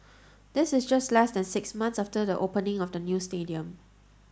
this is just less than six months after the opening of the new stadium